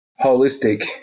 holistic